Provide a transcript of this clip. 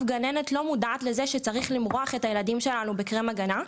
גננת לא מודעת לזה שצריך למרוח את הילדים שלנו בקרם הגנה,